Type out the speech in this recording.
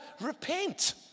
Repent